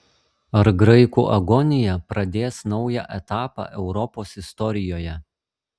ar graikų agonija pradės naują etapą europos istorijoje